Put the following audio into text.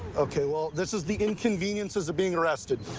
ok, well, this is the inconveniences of being arrested.